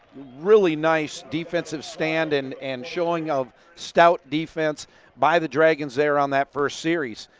really nice defensive stand and and showing of stout defense by the dragons there on that first series.